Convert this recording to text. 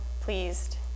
pleased